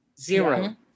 zero